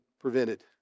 prevented